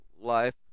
life